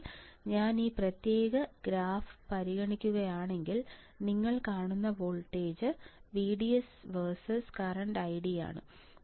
അതിനാൽ ഞാൻ ഈ പ്രത്യേക ഗ്രാഫ് പരിഗണിക്കുകയാണെങ്കിൽ നിങ്ങൾ കാണുന്ന voltage VDS versus current ID ആണ്